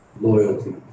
loyalty